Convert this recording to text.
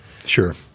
Sure